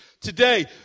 Today